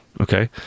Okay